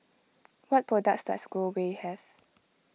what products does Growell have